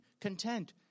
content